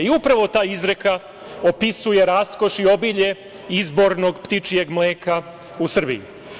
I upravo ta izreka opisuje raskoš i obilje izbornog ptičijeg mleka u Srbiji.